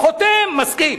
חותם, מסכים.